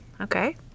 okay